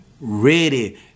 ready